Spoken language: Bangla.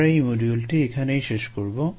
আমরা এই মডুইলটি এখানেই শেষ করবো